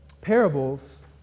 Parables